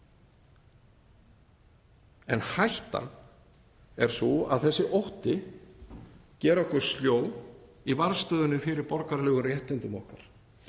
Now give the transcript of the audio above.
En hættan er sú að þessi ótti geri okkur sljó í varðstöðunni fyrir borgaralegum réttindum okkar,